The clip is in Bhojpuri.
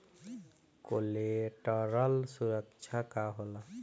कोलेटरल सुरक्षा का होला?